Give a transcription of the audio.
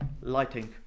Lighting